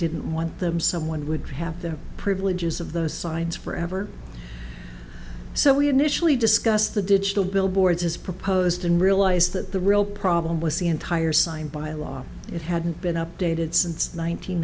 didn't want them someone would have the privileges of those signs forever so we initially discussed the digital billboards as proposed and realized that the real problem was the entire sign by law it hadn't been updated since